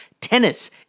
tennis